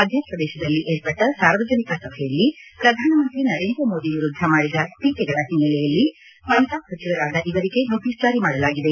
ಮಧ್ಯಪ್ರದೇಶದಲ್ಲಿ ಏರ್ಪಟ್ನ ಸಾರ್ವಜನಿಕ ಸಭೆಯಲ್ಲಿ ಶ್ರಧಾನಮಂತ್ರಿ ನರೇಂದ್ರ ಮೋದಿ ವಿರುದ್ದ ಮಾಡಿದ ಟೀಕೆಗಳ ಹಿನ್ನೆಲೆಯಲ್ಲಿ ಪಂಜಾಬ್ ಸಚಿವರಾದ ಇವರಿಗೆ ನೋಟೀಸ್ ಜಾರಿ ಮಾಡಲಾಗಿದೆ